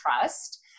trust